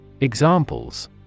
Examples